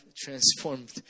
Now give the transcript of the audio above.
transformed